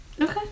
Okay